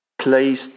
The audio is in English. place